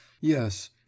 yes